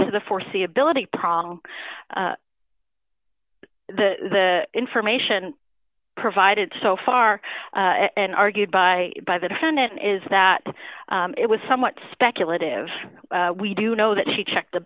to the foreseeability prong the the information provided so far and argued by by the defendant is that it was somewhat speculative we do know that she checked the